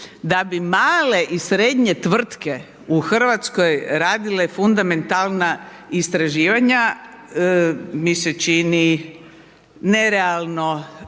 da bi male i srednje tvrtke u Hrvatskoj radile fundamentalna istraživanja mi se čini nerealnim